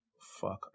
Fuck